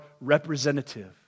representative